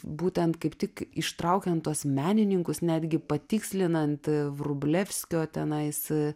būtent kaip tik ištraukiant tuos menininkus netgi patikslinant vrublevskio tenais